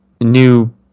new